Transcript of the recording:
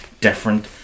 different